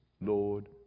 Lord